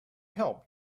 help